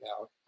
out